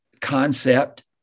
concept